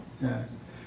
yes